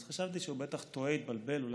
אז חשבתי שהוא בטח טועה, התבלבל אולי,